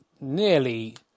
nearly